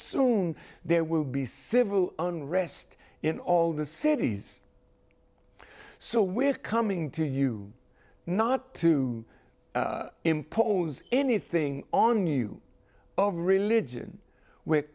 soon there will be civil unrest in all the cities so we're coming to you not to impose anything on you of religion w